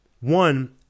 one